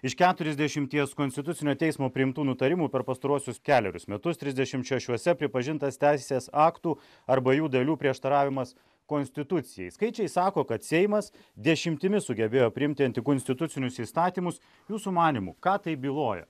iš keturiasdešimties konstitucinio teismo priimtų nutarimų per pastaruosius kelerius metus trisdešimt šešiuose pripažintas teisės aktų arba jų dalių prieštaravimas konstitucijai skaičiai sako kad seimas dešimtimis sugebėjo priimti antikonstitucinius įstatymus jūsų manymu ką tai byloja